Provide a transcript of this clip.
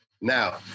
Now